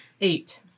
Eight